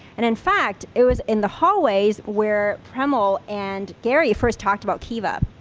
and, in fact, it was in the hallways where premal and gary first talked about kiva.